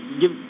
give